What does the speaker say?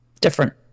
different